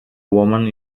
woman